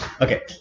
Okay